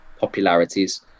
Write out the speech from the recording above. popularities